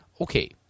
okay